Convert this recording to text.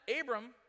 Abram